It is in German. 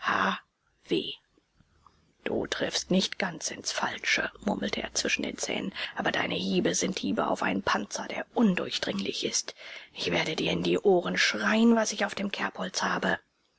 du triffst nicht ganz ins falsche murmelte er zwischen den zähnen aber deine hiebe sind hiebe auf einen panzer der undurchdringlich ist ich werde dir in die ohren schreien was ich auf dem kerbholz habe